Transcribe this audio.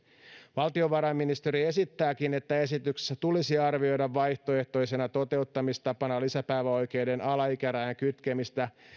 valtiovarainministeriö esittääkin että esityksessä tulisi arvioida vaihtoehtoisena toteuttamistapana lisäpäiväoikeuden alaikärajan kytkemistä